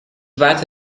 warte